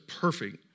perfect